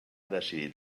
decidit